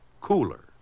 cooler